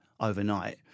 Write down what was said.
overnight